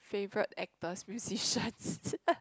favourite actors musicians